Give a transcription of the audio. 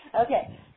Okay